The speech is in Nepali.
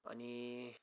अनि